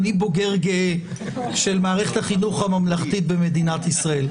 אני בוגר גאה של מערכת החינוך הממלכתית במדינת ישראל.